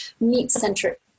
meat-centric